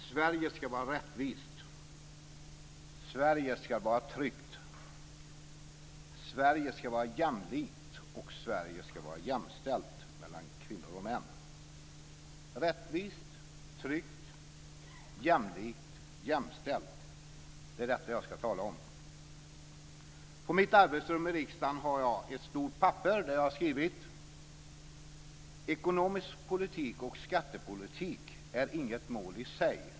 Fru talman! Sverige ska vara rättvist. Sverige ska vara tryggt. Sverige ska vara jämlikt. Sverige ska vara jämställt mellan kvinnor och män. Rättvist, tryggt, jämlikt och jämställt - det är detta jag ska tala om. På mitt arbetsrum i riksdagen har jag ett stort papper där jag har skrivit: Ekonomisk politik och skattepolitik är inget mål i sig.